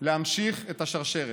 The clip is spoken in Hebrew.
להמשיך את השרשרת.